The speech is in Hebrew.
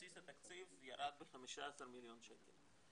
בסיס התקציב ירד ב-15 מיליון שקל,